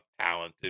talented